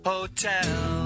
Hotel